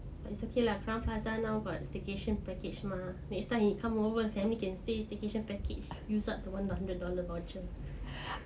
but it's okay lah crowne plaza now got staycation package mah next time he come over then you can stay staycation package use up the one hundred dollar voucher